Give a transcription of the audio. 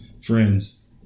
friends